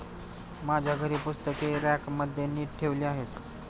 माझ्या घरी पुस्तके रॅकमध्ये नीट ठेवली आहेत